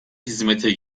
hizmete